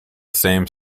same